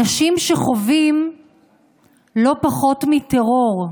אנשים שחווים לא פחות מטרור,